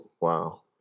Wow